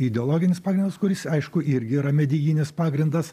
ideologinis pagrindas kuris aišku irgi yra medijinis pagrindas